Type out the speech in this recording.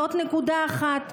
זאת נקודה אחת.